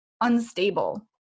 unstable